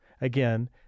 Again